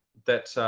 that,